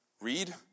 Read